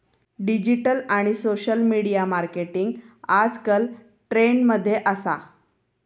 digital आणि social media marketing आजकल trend मध्ये असा